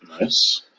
Nice